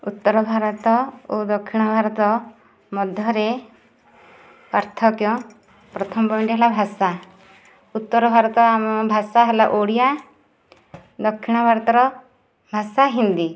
ଉତ୍ତର ଭାରତ ଓ ଦକ୍ଷିଣ ଭାରତ ମଧ୍ୟରେ ପାର୍ଥକ୍ୟ ପ୍ରଥମ ପୟେଣ୍ଟ ହେଲା ଭାଷା ଉତ୍ତର ଭାରତ ଭାଷା ହେଲା ଓଡ଼ିଆ ଦକ୍ଷିଣ ଭାରତର ଭାଷା ହିନ୍ଦୀ